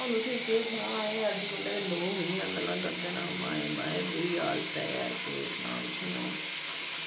तुसेंगी केह् सनां अज्जकल दे लोग बी इन्नियां गल्लां करदे न हे माए बुरी हालत ऐ केह् सनां तुसेंगी